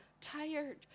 tired